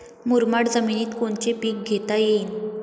मुरमाड जमिनीत कोनचे पीकं घेता येईन?